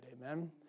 amen